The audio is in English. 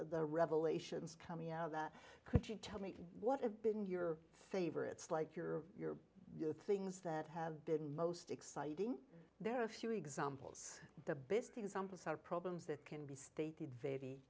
the revelations coming out that could make what have been your favorites like your your your things that have been most exciting there are a few examples the best examples are problems that can be stated very